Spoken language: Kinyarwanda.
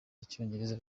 icyongereza